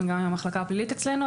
גם עם המחלקה הפלילית אצלנו,